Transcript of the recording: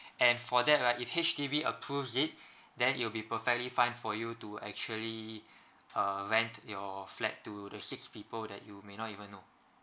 and for that right if H_D_B approves it then it'll be perfectly fine for you to actually uh rent your flat to the six people that you may not even know